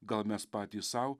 gal mes patys sau